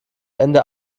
ende